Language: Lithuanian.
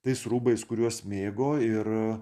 tais rūbais kuriuos mėgo ir